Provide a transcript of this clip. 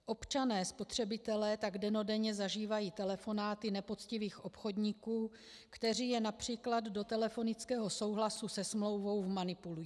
Občané spotřebitelé tak dennodenně zažívají telefonáty nepoctivých obchodníků, kteří je například do telefonického souhlasu se smlouvou vmanipulují.